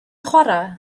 chwarae